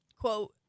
quote